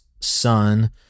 son